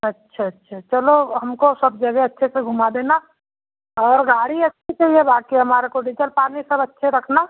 अच्छा अच्छा चलो हमको सब जगह अच्छे से घूमा देना और गाड़ी अच्छी चाहिए बाकी हमारे को डीजल पानी सब अच्छे रखना